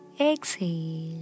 exhale